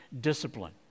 discipline